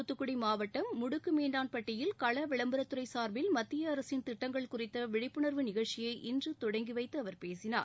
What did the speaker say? தூத்துக்குடி மாவட்டம் முடுக்குமீண்டான் பட்டியில் கள விளம்பரத்துறை சார்பில் மத்திய அரசின் திட்டங்கள் குறித்த விழிப்புணர்வு நிகழ்ச்சியை இன்று தொடங்கி வைத்து அவர் பேசினார்